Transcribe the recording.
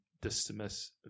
dismiss